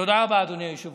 תודה רבה, אדוני היושב-ראש.